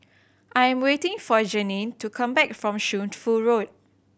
I am waiting for Janene to come back from Shunfu Road